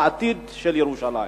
על העתיד של ירושלים,